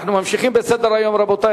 אנחנו ממשיכים בסדר-היום, רבותי.